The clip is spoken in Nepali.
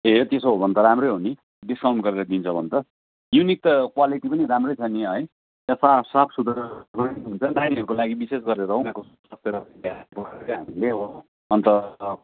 ए त्यसो हो भने त राम्रै हो नि डिस्काउन्ट गरेर दिन्छ भने त युनिक त क्वालिटी पनि राम्रै छ नि है त्यहाँ साफ साफ सुथरा पनि हुन्छ नि त है नानीहरूको लागि विशेष गरेर उनीहरूको हामीले हो अन्त